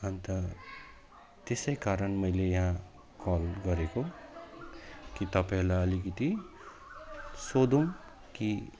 अन्त त्यसै कारण मैले यहाँ कल गरेको कि तपाईँहरूलाई अलिकति सोधौँ कि